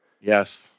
Yes